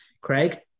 Craig